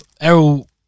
Errol